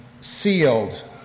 sealed